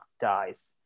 dies